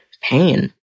pain